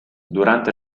durante